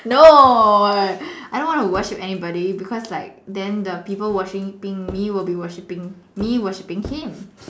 no I don't want to worship anybody because like then the people worshiping me will be worshiping me worshiping him